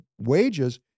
wages